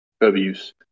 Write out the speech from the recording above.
abuse